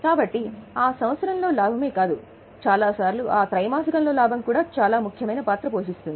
కాబట్టి ఆ సంవత్సరంలో లాభమే కాదు చాలా సార్లు ఆ త్రైమాసికంలో లాభం కూడా చాలా ముఖ్యమైన పాత్ర పోషిస్తుంది